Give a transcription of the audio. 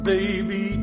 Baby